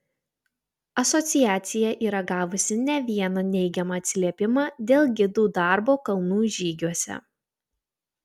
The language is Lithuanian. asociacija yra gavusi ne vieną neigiamą atsiliepimą dėl gidų darbo kalnų žygiuose